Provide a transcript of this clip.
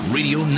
Radio